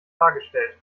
dargestellt